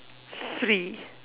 free